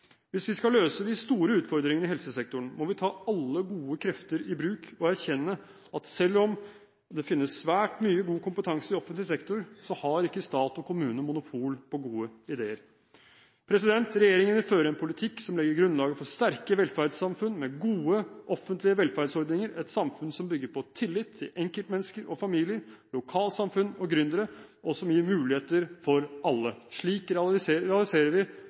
Hvis vi skal løse de store utfordringene i helsesektoren, må vi ta alle gode krefter i bruk og erkjenne at selv om det finnes svært mye god kompetanse i offentlig sektor, så har ikke stat og kommune monopol på gode ideer. Regjeringen vil føre en politikk som legger grunnlaget for sterke velferdssamfunn med gode offentlige velferdsordninger, et samfunn som bygger på tillit til enkeltmennesker og familier, lokalsamfunn og gründere, og som gir muligheter for alle. Slik realiserer vi